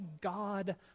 God